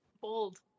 bold